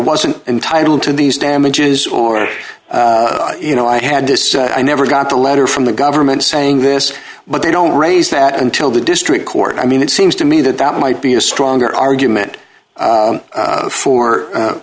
wasn't entitled to these damages or if you know i had this i never got a letter from the government saying this but they don't raise that until the district court i mean it seems to me that that might be a stronger argument